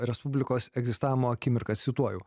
respublikos egzistavimo akimirkas cituoju